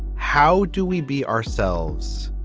how do we be ourselves?